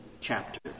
chapter